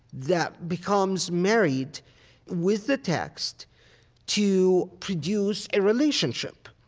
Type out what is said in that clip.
that becomes married with the text to produce a relationship.